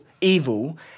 evil